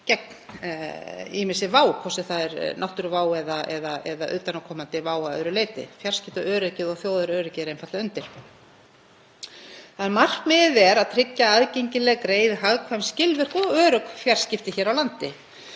ýmissi vá, hvort sem það er náttúruvá eða utanaðkomandi vá að öðru leyti. Fjarskiptaöryggi og þjóðaröryggi er einfaldlega undir. Markmiðið er að tryggja aðgengileg, greið, hagkvæm, skilvirk og örugg fjarskipti hér á landi,